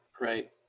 Right